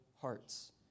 hearts